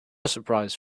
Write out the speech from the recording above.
surprise